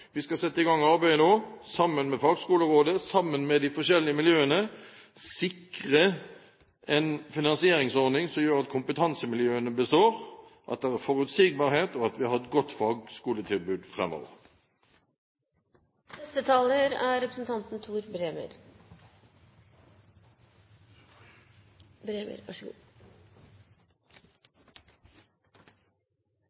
vi skal sette i gang arbeidet nå, sammen med fagskolerådet, sammen med de forskjellige miljøene, og sikre en finansieringsordning som gjør at kompetansemiljøene består, at det er forutsigbarhet, og at vi har et godt fagskoletilbud